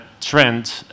trend